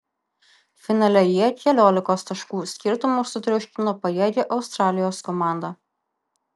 finale jie keliolikos taškų skirtumu sutriuškino pajėgią australijos komandą